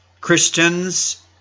Christians